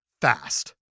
fast